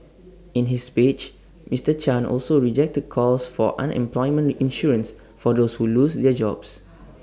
in his speech Mister chan also rejected calls for unemployment insurance for those who lose their jobs